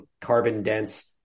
carbon-dense